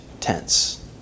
tense